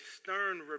stern